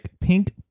pink